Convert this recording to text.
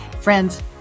Friends